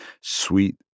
sweet